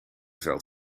veld